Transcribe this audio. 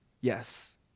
Yes